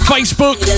Facebook